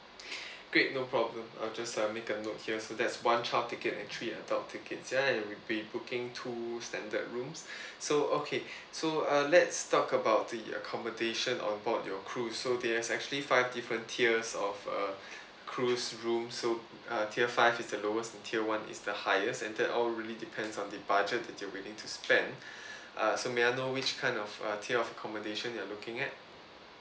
great no problem I'll just ah make a note here so there's one child ticket and three adult tickets and will be booking two standard rooms so okay so uh let's talk about the accommodation onboard your cruise so there is actually five different tiers of uh cruise room so uh tier five is the lowest tier one is the highest and that all really depends on the budget that you willing to spend uh so may I know which kind of uh tier of accommodation you are looking at